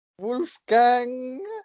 wolfgang